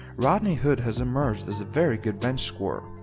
rodney hood has emerged as a very good bench scorer,